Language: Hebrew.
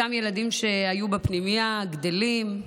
אותם ילדים שהיו בפנימייה גדלים,